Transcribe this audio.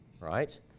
right